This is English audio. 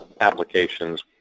applications